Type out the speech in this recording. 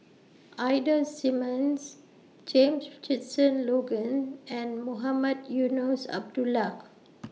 Ida Simmons James Richardson Logan and Mohamed Eunos Abdullah